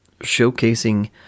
showcasing